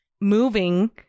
moving